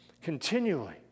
continually